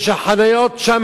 שאין בחניות שם